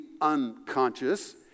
unconscious